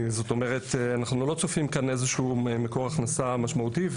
אנחנו לא צופים כאן איזשהו מקור הכנסה משמעותי,